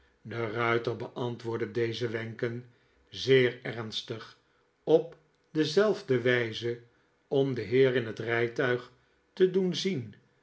de ruiter beantwoordde deze wenken zeer ernstig op dezelfde wijze om den heer in het rijtuig te doen zien